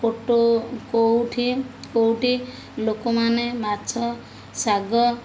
କୋଟ କେଉଁଠି କେଉଁଠି ଲୋକମାନେ ମାଛ ଶାଗ